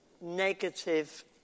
negative